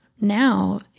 now